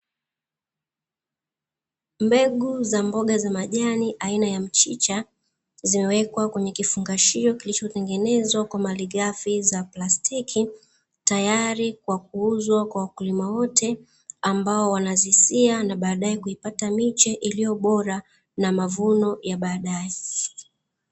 Mbegu za mboga za majani aina ya mchicha, zimewekwa kwenye kifungashio kilichotengenezwa kwa malighafi za plastiki, tayari kwa kuuzwa kwa wakulima wote ambao wanazisia na baadae kupata miche iliyobora na mavuno ya baadae.